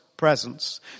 presence